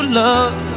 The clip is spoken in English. love